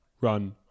run